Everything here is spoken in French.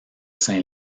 saint